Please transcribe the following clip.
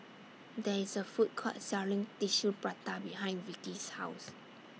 There IS A Food Court Selling Tissue Prata behind Vickie's House